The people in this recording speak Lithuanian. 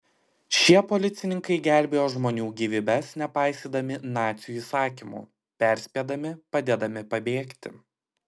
šie policininkai gelbėjo žmonių gyvybes nepaisydami nacių įsakymų perspėdami padėdami pabėgti